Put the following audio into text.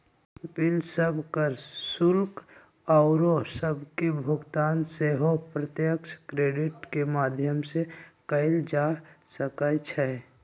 bill सभ, कर, शुल्क आउरो सभके भुगतान सेहो प्रत्यक्ष क्रेडिट के माध्यम से कएल जा सकइ छै